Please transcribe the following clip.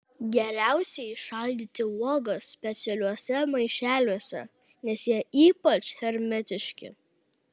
geriausiai šaldyti uogas specialiuose maišeliuose nes jie yra ypač hermetiški